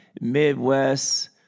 Midwest